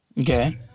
Okay